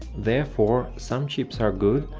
therefore, some chips are good,